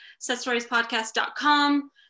setstoriespodcast.com